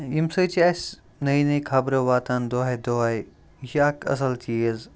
ییٚمہِ سۭتۍ چھِ اَسہِ نٔے نٔے خبرٕ واتان دۄہَے دۄہَے یہِ اَکھ اَصٕل چیٖز